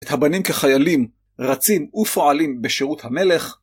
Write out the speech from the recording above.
את הבנים כחיילים רצים ופועלים בשירות המלך.